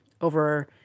over